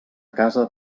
casa